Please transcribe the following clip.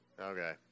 Okay